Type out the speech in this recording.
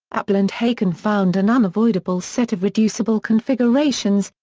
appel and haken found an unavoidable set of reducible configurations,